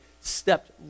stepped